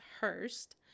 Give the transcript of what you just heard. Hurst